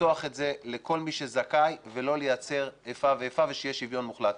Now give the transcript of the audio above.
לפתוח את זה לכל מי שזכאי ולא לייצר איפה ואיפה ושיהיה שוויון מוחלט.